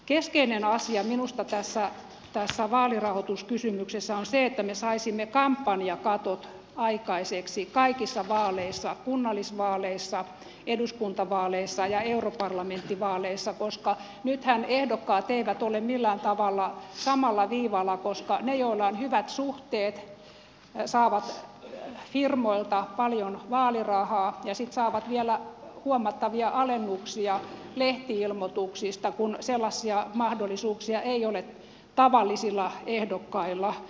keskeinen asia minusta tässä vaalirahoituskysymyksessä on se että me saisimme kampanjakatot aikaiseksi kaikissa vaaleissa kunnallisvaaleissa eduskuntavaaleissa ja europarlamenttivaaleissa koska nythän ehdokkaat eivät ole millään tavalla samalla viivalla koska ne joilla on hyvät suhteet saavat firmoilta paljon vaalirahaa ja sitten saavat vielä huomattavia alennuksia lehti ilmoituksista kun sellaisia mahdollisuuksia ei ole tavallisilla ehdokkailla